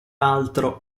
altro